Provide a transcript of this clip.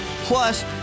Plus